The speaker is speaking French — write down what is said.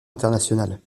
internationale